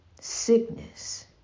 sickness